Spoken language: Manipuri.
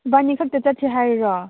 ꯏꯕꯥꯅꯤ ꯈꯛꯇ ꯆꯠꯁꯦ ꯍꯥꯏꯔꯤꯔꯣ